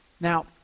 Now